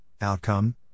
outcome